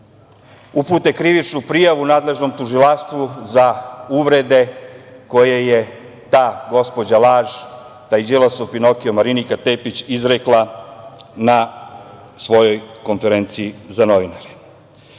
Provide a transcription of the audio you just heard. upute krivičnu prijavu nadležnom tužilaštvu za uvrede koje je ta gospođa „laž“, taj „Đilasov Pinokio“, Marinika Tepić, izrekla na svojoj konferenciji za novinare. Druga